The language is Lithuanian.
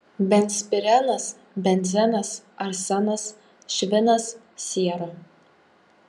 benzpirenas benzenas arsenas švinas siera